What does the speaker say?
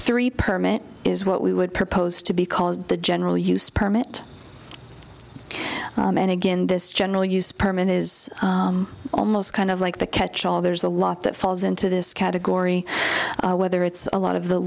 three permit is what we would propose to be called the general use permit and again this general use permit is almost kind of like the catch all there's a lot that falls into this category whether it's a lot of the